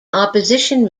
opposition